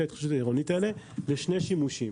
של ההתחדשות העירונית האלה לשני שימושים: